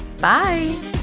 Bye